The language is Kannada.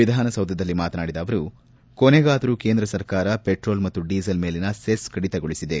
ವಿಧಾನಸೌಧದಲ್ಲಿ ಮಾತನಾಡಿದ ಅವರು ಕೊನೆಗಾದರೂ ಕೇಂದ್ರ ಸರ್ಕಾರ ಪೆಟ್ರೋಲ್ ಮತ್ತು ಡೀಸೆಲ್ ಮೇಲಿನ ಸೆಸ್ ಕಡಿತಗೊಳಿಸಿದೆ